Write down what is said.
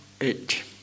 eight